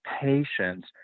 patience